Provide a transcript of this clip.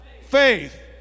faith